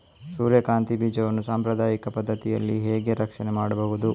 ಸೂರ್ಯಕಾಂತಿ ಬೀಜವನ್ನ ಸಾಂಪ್ರದಾಯಿಕ ಪದ್ಧತಿಯಲ್ಲಿ ಹೇಗೆ ರಕ್ಷಣೆ ಮಾಡುವುದು